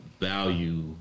value